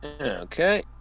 Okay